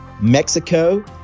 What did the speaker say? Mexico